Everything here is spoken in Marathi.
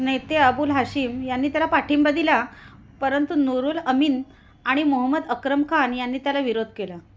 नेते अबुल हशिम यांनी त्याला पाठिंबा दिला परंतु नुरुल अमिन आणि मोहमद अक्रम खान यांनी त्याला विरोध केला